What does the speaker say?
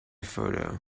photo